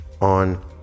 on